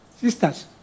Sisters